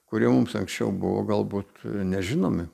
kurie mums anksčiau buvo galbūt nežinomi